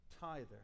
tither